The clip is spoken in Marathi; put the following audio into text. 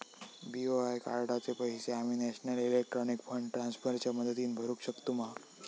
बी.ओ.आय कार्डाचे पैसे आम्ही नेशनल इलेक्ट्रॉनिक फंड ट्रान्स्फर च्या मदतीने भरुक शकतू मा?